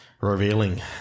Revealing